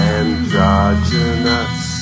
Androgynous